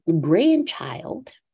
grandchild